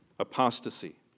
apostasy